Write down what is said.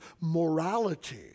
morality